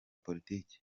politiki